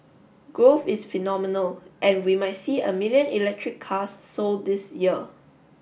growth is phenomenal and we might see a million electric cars sold this year